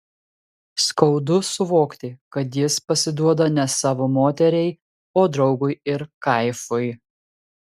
skaudu suvokti kad jis pasiduoda ne savo moteriai o draugui ir kaifui